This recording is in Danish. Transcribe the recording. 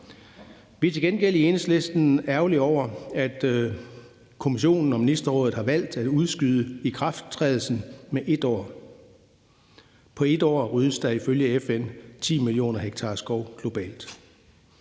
Vi er til gengæld i Enhedslisten ærgerlige over, at Kommissionen og Ministerrådet har valgt at udskyde ikrafttrædelsen med et år. På et år ryddes der ifølge FN 10 mio. ha skov globalt.